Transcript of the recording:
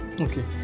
Okay